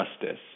justice